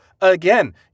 again